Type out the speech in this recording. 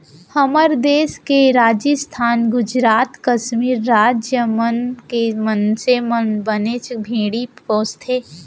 हमर देस के राजिस्थान, गुजरात, कस्मीर राज मन के मनसे मन बनेच भेड़ी पोसथें